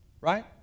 Right